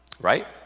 Right